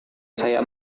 saya